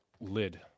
lid